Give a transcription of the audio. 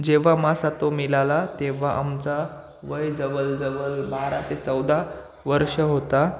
जेव्हा मासा तो मिळाला तेव्हा आमचा वय जवळजवळ बारा ते चौदा वर्ष होता